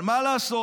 אבל מה לעשות?